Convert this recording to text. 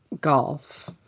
golf